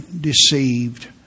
deceived